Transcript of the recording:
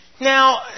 Now